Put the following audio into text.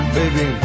baby